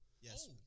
Yes